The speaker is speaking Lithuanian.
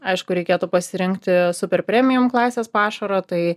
aišku reikėtų pasirengti super premijum klasės pašaro tai